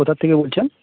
কোথার থেকে বলছেন